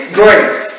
grace